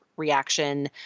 reaction